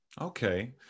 Okay